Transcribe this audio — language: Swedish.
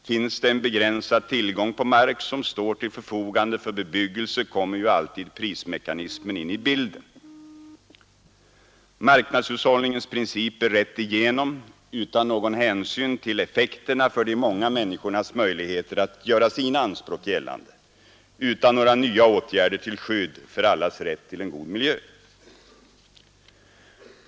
Finns det en begränsad tillgång på mark som står till förfogande för bebyggelse kommer alltid prismekanismen in i bilden.” Marknadshushållningens principer rätt igenom utan någon hänsyn till effekterna för de många människornas möjligheter att göra sina anspråk gällande, utan några nya åtgärder till skydd för allas rätt till en god miljö.